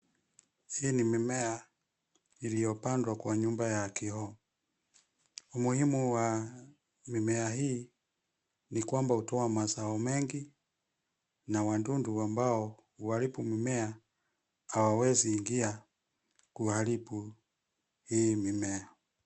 Hii ni mimea, iliyopandwa kwa nyumba ya kioo. Umuhimu wa mimea hii ni kwamba hutoa mazao mengi na wadududu ambao huaribu mimea hawawezi ingia kuharibu hii mimea.